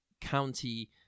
County